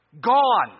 gone